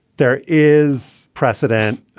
there is precedent.